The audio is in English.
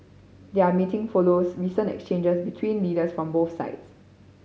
their meeting follows recent exchanges between leaders from both sides